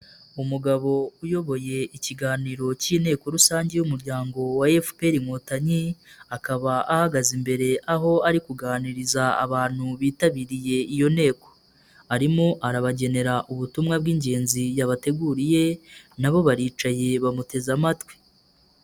Umugabo uyoboye ikiganiro cy'inteko rusange y'umuryango wa FPR Inkotanyi, akaba ahagaze imbere aho ari kuganiriza abantu bitabiriye iyo nteko, arimo arabagenera ubutumwa bw'ingenzi yabateguriye nabo baricaye bamuteze amatwi.